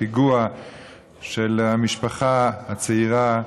הפיגוע במשפחה הצעירה,